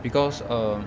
because err